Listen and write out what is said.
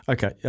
Okay